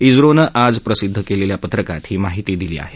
इस्रोनं आज प्रसिद्ध केलेल्या पत्रकात ही माहिती दिली आहे